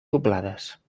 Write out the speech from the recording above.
doblades